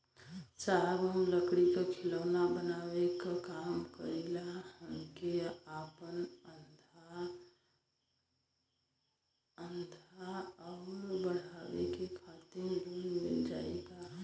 साहब हम लंगड़ी क खिलौना बनावे क काम करी ला हमके आपन धंधा अउर बढ़ावे के खातिर लोन मिल जाई का?